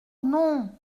non